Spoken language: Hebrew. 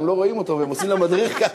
הם לא רואים אותו, והם עושים למדריך ככה.